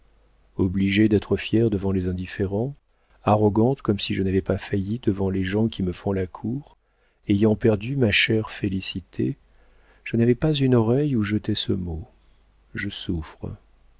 obligée d'être fière devant les indifférents arrogante comme si je n'avais pas failli devant les gens qui me font la cour ayant perdu ma chère félicité je n'avais pas une oreille où jeter ce mot je souffre